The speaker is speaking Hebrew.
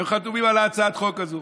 הם חתומים על הצעת החוק הזאת.